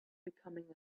becoming